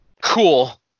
Cool